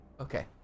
Okay